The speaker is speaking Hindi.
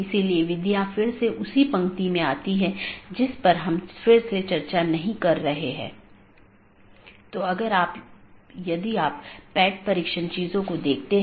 इसलिए हलका करने कि नीति को BGP प्रोटोकॉल में परिभाषित नहीं किया जाता है बल्कि उनका उपयोग BGP डिवाइस को कॉन्फ़िगर करने के लिए किया जाता है